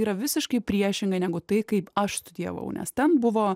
yra visiškai priešingai negu tai kaip aš studijavau nes ten buvo